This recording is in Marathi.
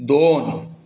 दोन